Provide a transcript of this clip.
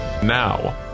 Now